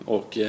Och